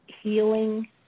healing